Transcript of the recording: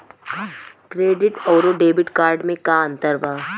Credit अउरो debit card मे का अन्तर बा?